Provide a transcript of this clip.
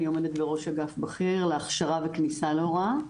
אני עומדת בראש אגף בכיר להכשרה וכניסה להוראה.